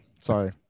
sorry